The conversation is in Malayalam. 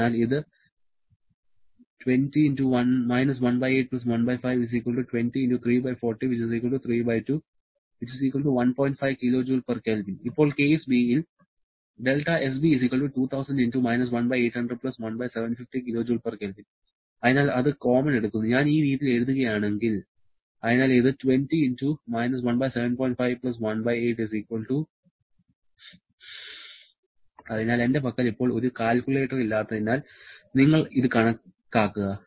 അതിനാൽ ഇത് ഇപ്പോൾ കേസ് 'b' യിൽ അതിനാൽ അത് കോമൺ എടുക്കുന്നു ഞാൻ ഈ രീതിയിൽ എഴുതുകയാണെങ്കിൽ അതിനാൽ ഇത് അതിനാൽ എന്റെ പക്കൽ ഇപ്പോൾ ഒരു കാൽക്കുലേറ്റർ ഇല്ലാത്തതിനാൽ നിങ്ങൾ ഇത് കണക്കാക്കുക